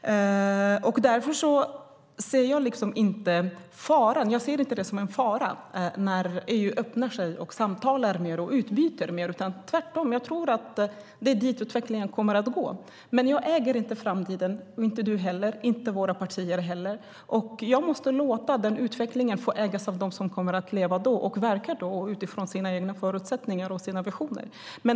Därför ser jag det inte som en fara när EU öppnar sig, samtalar mer och utbyter mer. Tvärtom tror jag att det är ditåt utvecklingen kommer att gå. Men jag äger inte framtiden. Det gör inte Björn Söder heller och inte våra partier. Jag måste låta den utvecklingen få ägas av dem som kommer att leva och verka då utifrån sina egna förutsättningar och visioner.